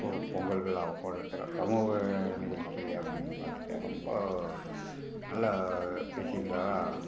ஒரு பொங்கல் விழாவா கூட எடுத்துக்கலாம் சமூக நிகழ்ச்சி அப்படின்னு பார்த்துட்டா ரொம்ப நல்ல விஷயங்களெல்லாம்